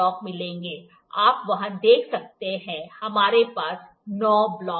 आप वहां देख सकते हैं हमारे पास नौ ब्लॉक हैं